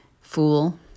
fool